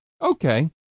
okay